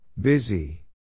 Busy